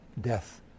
death